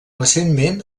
recentment